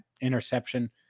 interception